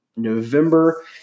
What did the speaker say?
november